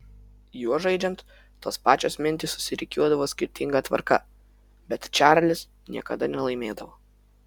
juo žaidžiant tos pačios mintys susirikiuodavo skirtinga tvarka bet čarlis niekada nelaimėdavo